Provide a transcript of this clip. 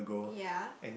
ya